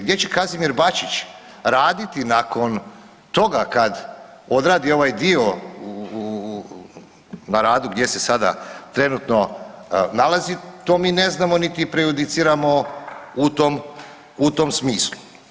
Gdje će Kazimir Bačić raditi nakon toga kada odradi ovaj dio na radu gdje se sada trenutno nalazi, to mi ne znamo niti prejudiciramo u tom smislu.